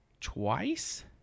Twice